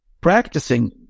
practicing